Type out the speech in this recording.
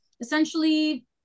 essentially